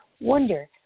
wonder